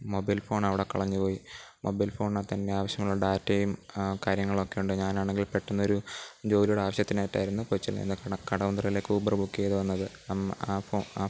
mobile phone അവിടെ കളഞ്ഞുപോയി mobile ഫോണിനകത്ത് എൻ്റെ ആവശ്യമുള്ള ഡാറ്റയും കാര്യങ്ങളുമൊക്കെയുണ്ട് ഞാനാണെങ്കിൽ പെട്ടെന്നൊരു ജോലിയുടെ ആവശ്യത്തിനായിട്ടായിരുന്നു കൊച്ചിയിൽ നിന്ന് കണ കടവന്ത്രയിലേയ്ക്ക് ഊബര് ബുക്കെയ്ത് വന്നത് ആ ഫൊ ആ